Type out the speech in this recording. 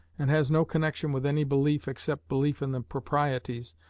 and has no connexion with any belief except belief in the proprieties,